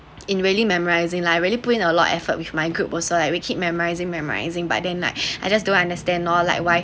in really memorising lah I really put in a lot effort with my group also like we keep memorising memorising but then like I just don't understand all like why